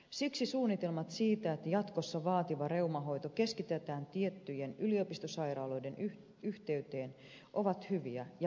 siksi suunnitelmat siitä että jatkossa vaativa reumahoito keskitetään tiettyjen yliopistosairaaloiden yhteyteen ovat hyviä ja perusteltuja